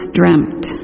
dreamt